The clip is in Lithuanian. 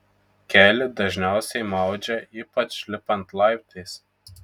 kelį dažniausiai maudžia ypač lipant laiptais